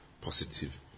positive